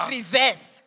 reverse